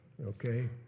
Okay